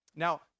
Now